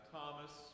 Thomas